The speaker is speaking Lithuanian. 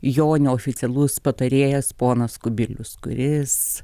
jo neoficialus patarėjas ponas kubilius kuris